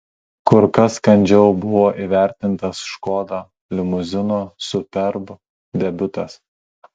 kur kas kandžiau buvo įvertintas škoda limuzino superb debiutas